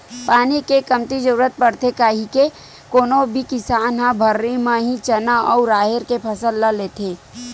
पानी के कमती जरुरत पड़थे कहिके कोनो भी किसान ह भर्री म ही चना अउ राहेर के फसल ल लेथे